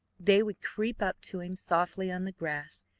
they would creep up to him softly on the grass,